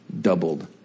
doubled